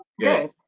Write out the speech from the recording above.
good